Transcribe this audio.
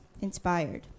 inspired